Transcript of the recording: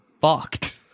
fucked